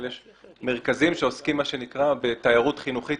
אבל יש מרכזים שעוסקים בתיירות חינוכית,